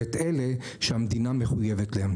ואת אלה שהמדינה מחויבת להם.